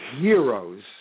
heroes